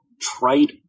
trite